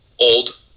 old